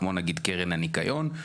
כמו נגיד קרן הניקיון,